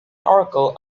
oracle